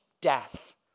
death